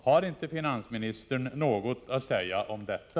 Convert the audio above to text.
Har inte finansministern något att säga om detta?